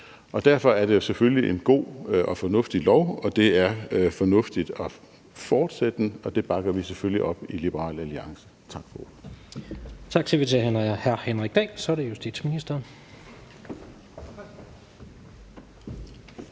Derfor er det selvfølgelig en god og fornuftig lov, og det er fornuftigt at fortsætte den, og det bakker vi selvfølgelig op i Liberal Alliance. Tak for ordet. Kl. 16:22 Tredje næstformand (Jens